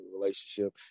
relationship